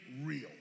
real